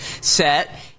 set